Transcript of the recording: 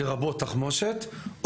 לרבות תחמושת,